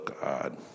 God